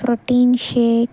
protein shake